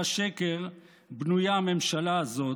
ושקר בנויה הממשלה הזאת.